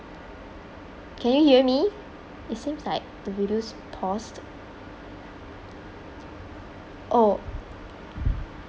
can you hear me it seems like the video's paused oh